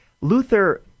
Luther